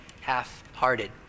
half-hearted